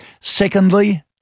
Secondly